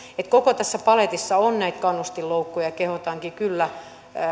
että koko tässä paletissa on näitä kannustinloukkoja kehotankin kyllä